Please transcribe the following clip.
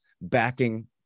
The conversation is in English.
backing